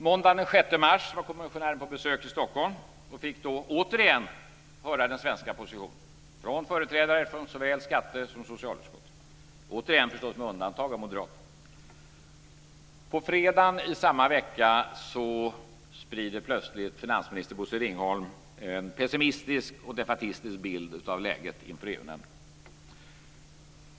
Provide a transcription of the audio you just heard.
Måndagen den 6 mars var kommissionären på besök i Stockholm och fick då återigen höra den svenska positionen från företrädare från såväl skatte som socialutskotten - återigen med undantag av moderaterna. På fredagen i samma vecka sprider plötsligt finansminister Bosse Ringholm en pessimistisk och defaitistisk bild av läget inför EU-nämnden.